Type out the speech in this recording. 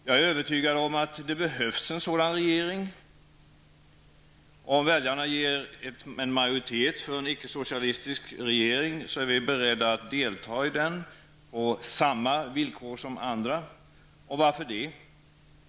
Jag är övertygad om att det behövs en sådan regering. Om väljarna ger en majoritet för en icke-socialistisk regering, är vi beredda att delta i den på samma villkor som andra. Varför det?